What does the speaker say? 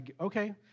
Okay